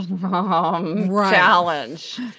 challenge